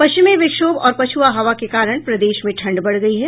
पश्चिमी विक्षोभ और पछ्आ हवा के कारण प्रदेश में ठंड बढ़ गयी है